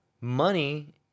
Money